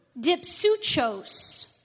dipsuchos